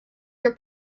your